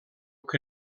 que